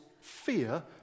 fear